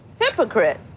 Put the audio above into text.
Hypocrite